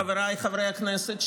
חבריי חברי הכנסת,